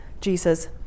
Jesus